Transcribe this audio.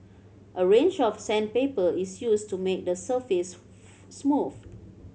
a range of sandpaper is used to make the surface smooth